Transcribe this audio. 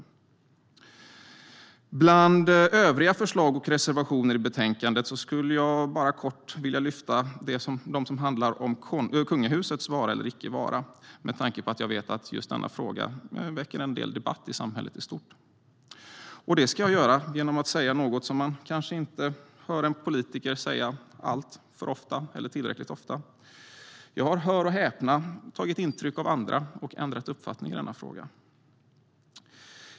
Bland övriga förslag och reservationer i betänkandet skulle jag kortfattat vilja lyfta fram dem som handlar om kungahusets vara eller icke vara, med tanke på att jag vet att just denna fråga väcker en del debatt i samhället i stort. Det ska jag göra genom att säga något som man kanske inte hör en politiker säga tillräckligt ofta. Jag har - hör och häpna - tagit intryck av andra och ändrat uppfattning i denna fråga.